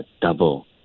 double